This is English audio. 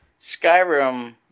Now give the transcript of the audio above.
Skyrim